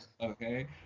Okay